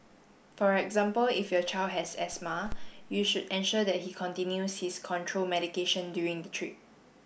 for example if your child has asthma you should ensure that he continues his control medication during the trip